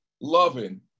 loving